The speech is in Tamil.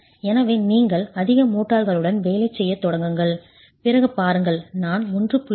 எனவே நீங்கள் அதிக மோர்டார்களுடன் வேலை செய்யத் தொடங்குங்கள் பிறகு பாருங்கள் நான் 1